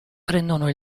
prendono